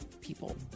people